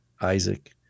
Isaac